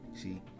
See